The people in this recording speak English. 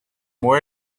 more